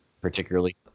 particularly